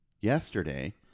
yesterday